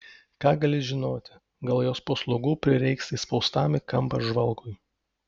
ką gali žinoti gal jos paslaugų prireiks įspaustam į kampą žvalgui